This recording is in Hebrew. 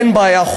אין בעיה,